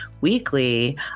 weekly